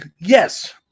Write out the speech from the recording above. yes